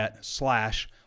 slash